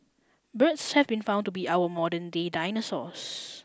birds have been found to be our modernday dinosaurs